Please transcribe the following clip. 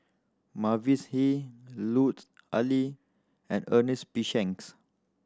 Mavis Hee Lut Ali and Ernest P Shanks